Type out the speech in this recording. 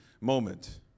moment